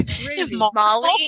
Molly